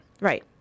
Right